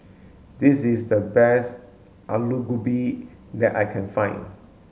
this is the best aloo gobi that I can find